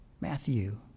Matthew